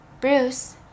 Bruce